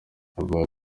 yavugaga